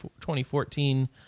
2014